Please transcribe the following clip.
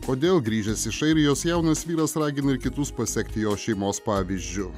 kodėl grįžęs iš airijos jaunas vyras ragino ir kitus pasekti jo šeimos pavyzdžiu